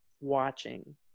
watching